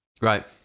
Right